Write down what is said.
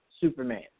Superman